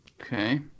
Okay